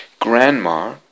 Grandma